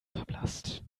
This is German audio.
verblasst